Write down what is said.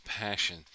passion